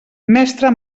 mestre